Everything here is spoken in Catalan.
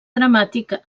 dramàtic